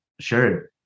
sure